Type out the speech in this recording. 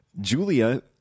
Julia